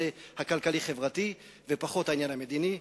הכלכלי-חברתי ופחות על-פי העניין המדיני.